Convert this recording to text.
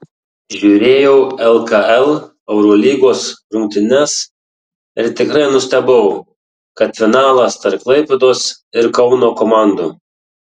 žiūrėjau lkl eurolygos rungtynes ir tikrai nustebau kad finalas tarp klaipėdos ir kauno komandų